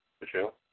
Michelle